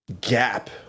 Gap